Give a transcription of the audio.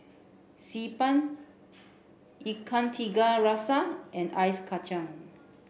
Xi Ban Ikan Tiga Rasa and Ice Kacang